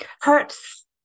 hurts